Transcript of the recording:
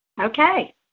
okay